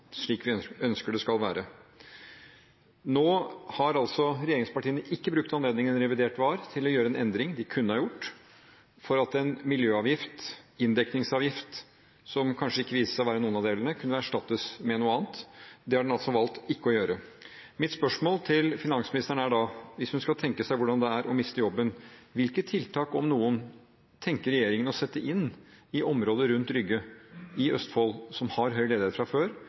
slik vi ønsker det skal være. Nå har altså regjeringspartiene ikke brukt anledningen under behandlingen av revidert til å gjøre en endring de kunne ha gjort for at en miljøavgift, en inndekningsavgift – som kanskje viser seg ikke å være noen av delene – kunne erstattes med noe annet. Det har regjeringen altså valgt ikke å gjøre. Mitt spørsmål til finansministeren er da, hvis hun skal tenke seg hvordan det er å miste jobben: Hvilke tiltak, om noen, tenker regjeringen å sette inn i området rundt Rygge – i Østfold, som har høy ledighet fra før